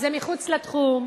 זה מחוץ לתחום,